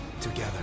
together